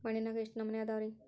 ಮಣ್ಣಿನಾಗ ಎಷ್ಟು ನಮೂನೆ ಅದಾವ ರಿ?